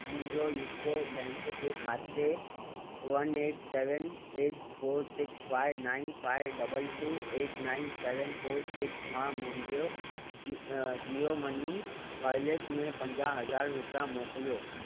मुंहिंजो UCO bank जे खाते one eight seven eight four six five nine five double two eight nine seven four six मां मुंहिंजो जी जीओ मनी वॉलेट में पंजाह हज़ार रुपया मोकिलियो